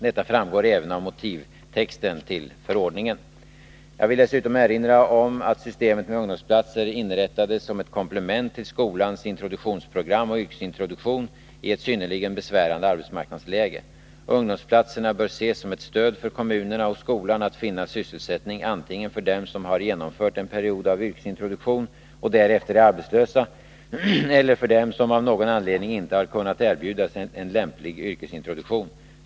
Detta framgår även av motivtexten till förordningen. Jag vill dessutom erinra om att systemet med ungdomsplatser inrättades som ett komplement till skolans introduktionsprogram och yrkesintroduktion i ett synnerligen besvärande arbetsmarknadsläge. Ungdomsplatserna bör ses som ett stöd för kommunerna och skolan att finna sysselsättning antingen för dem som har genomfört en period av yrkesintroduktion och därefter är arbetslösa eller för dem som av någon anledning inte har kunnat erbjudas en lämplig yrkesintroduktion.